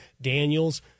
Daniels